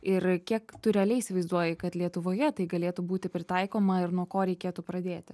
ir kiek tu realiai įsivaizduoji kad lietuvoje tai galėtų būti pritaikoma ir nuo ko reikėtų pradėti